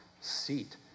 seat